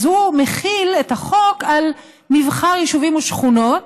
אז הוא מחיל את החוק על מבחר יישובים ושכונות,